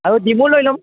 আৰু ডিমো লৈ ল'ম